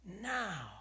now